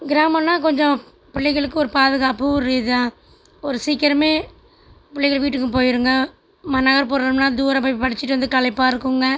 கிராமம்ன்னா கொஞ்சம் பிள்ளைகளுக்கு ஒரு பாதுகாப்பு ஒரு இதுதான் ஒரு சீக்கரம் பிள்ளைங்க வீட்டுக்கும் போயிடுங்க ம நகர்புறம்னால் தூரம் போய் படித்திட்டு வந்து களைப்பாக இருக்குங்க